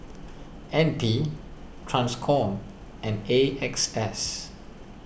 N P Transcom and A X S